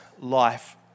life